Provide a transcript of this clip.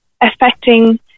affecting